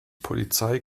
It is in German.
polizei